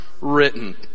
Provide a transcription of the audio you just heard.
written